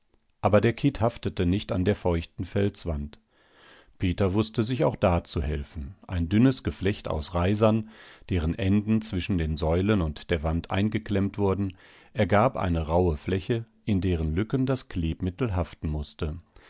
aber der kitt haftete nicht an der feuchten felswand peter wußte sich auch da zu helfen ein dünnes geflecht aus reisern deren enden zwischen den säulen und der wand eingeklemmt wurden ergab eine rauhe fläche in deren lücken das klebmittel haften mußte